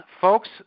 folks